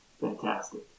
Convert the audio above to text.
Fantastic